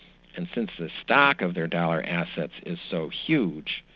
and since the stock of their dollar assets is so huge,